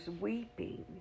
weeping